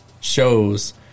shows